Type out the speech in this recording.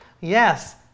yes